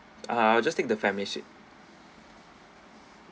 ah I'll just take the family suite